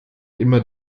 immer